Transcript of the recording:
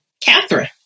Catherine